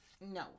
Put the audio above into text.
no